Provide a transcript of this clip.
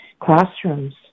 classrooms